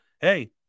Hey